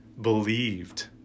believed